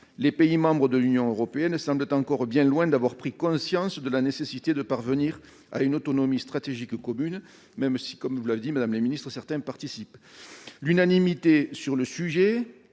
Les pays membres de l'Union européenne semblent encore bien loin d'avoir pris conscience de la nécessité de parvenir à une autonomie stratégique commune, même si certains d'entre eux participent à l'effort. L'unanimité sur le sujet